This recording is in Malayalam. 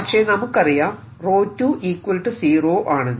പക്ഷെ നമുക്കറിയാം 𝜌2 0 ആണെന്ന്